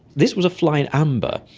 this was a fly in amber,